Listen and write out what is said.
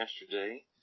yesterday